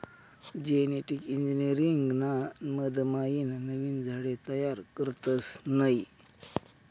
genetic engineering ना मधमाईन नवीन झाडे तयार करतस नयी